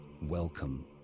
Welcome